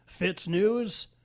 FitzNews